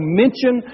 mention